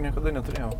niekada neturėjau